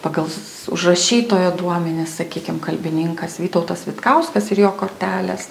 pagal užrašytojo duomenis sakykim kalbininkas vytautas vitkauskas ir jo kortelės